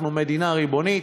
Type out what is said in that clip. אנחנו מדינה ריבונית.